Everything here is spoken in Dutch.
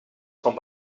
van